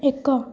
ଏକ